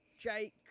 Jake